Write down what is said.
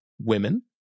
women